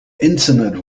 internet